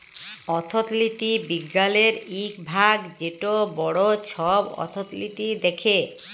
অথ্থলিতি বিজ্ঞালের ইক ভাগ যেট বড় ছব অথ্থলিতি দ্যাখে